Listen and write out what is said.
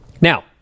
Now